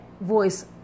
voice